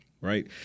right